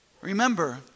Remember